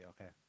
okay